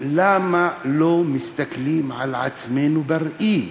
למה לא מסתכלים על עצמנו בראי?